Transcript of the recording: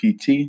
PT